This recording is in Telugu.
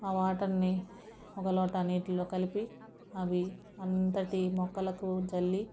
ఆ వాటర్ని ఒక లోటా నీటిలో కలిపి అవి అంతటి మొక్కలకు చల్లి